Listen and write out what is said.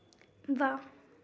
वाह